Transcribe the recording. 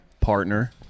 partner